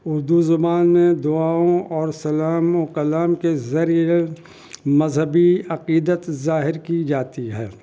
اردو زبان میں دعاؤں اور سلام و کلام کے ذریعے مذہبی عقیدت ظاہر کی جاتی ہے